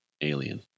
Alien